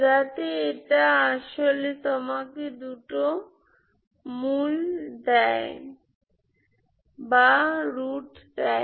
যাতে এটা আসলে তোমাকে দুটো রুট দেয়